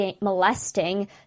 molesting